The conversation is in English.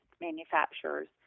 manufacturers